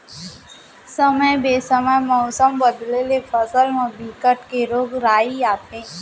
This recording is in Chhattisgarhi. समे बेसमय मउसम बदले ले फसल म बिकट के रोग राई आथे